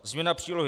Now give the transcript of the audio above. Změna Přílohy